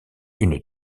une